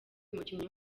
umukinnyi